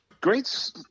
great